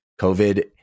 COVID